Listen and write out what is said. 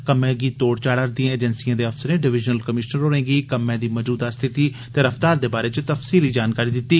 कम्मै गी तोड़ चाढ़ा रदिए एजेंसिए दे अफसरें डिविजनल कमिषनर होरें गी कम्मै दी मजूदा स्थिति दी रफ्तार दे बारै च तफसीली जानकारी दित्ती